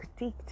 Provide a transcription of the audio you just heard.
critiqued